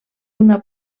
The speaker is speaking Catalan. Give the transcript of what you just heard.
una